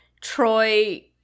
Troy